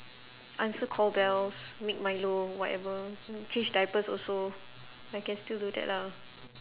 answer call bells make milo whatever change diapers also I can still do that lah